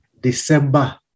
December